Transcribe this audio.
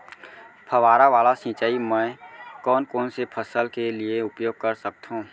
फवारा वाला सिंचाई मैं कोन कोन से फसल के लिए उपयोग कर सकथो?